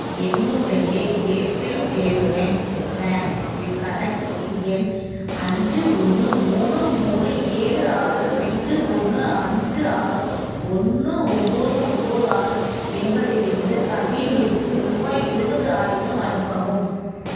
என்னுடைய Airtel payment bank கணக்கில் எண் அஞ்சு ஒன்று மூணு மூணு ஏழு ஆறு ரெண்டு ஒன்று அஞ்சு ஆறு ஒன்று ஒம்பது ஒம்பது ஆறு என்பதிலிருந்து கவினிற்கு ரூபாய் எழுவது ஆயிரம் அனுப்பவும்